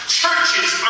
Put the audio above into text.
churches